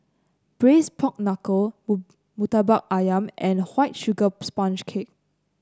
Braised Pork Knuckle murtabak ayam and White Sugar Sponge Cake